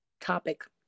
topic